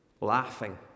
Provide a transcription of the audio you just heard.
laughing